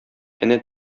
әнә